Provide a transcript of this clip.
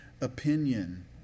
opinion